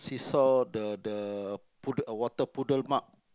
seesaw the the pud~ a water puddle mark